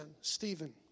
Stephen